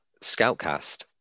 ScoutCast